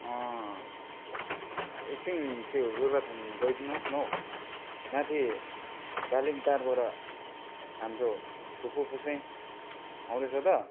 एकछिन त्यो गोरुबथान गइदिनुहोस् न हौ माथि दालिमटारबाट हाम्रो फुपू पुसै आउँदैछ त